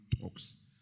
talks